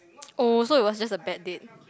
oh so it was just a bad date